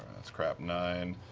that's crap, nine.